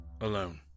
Alone